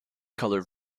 colour